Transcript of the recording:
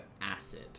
acid